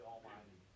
Almighty